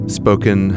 spoken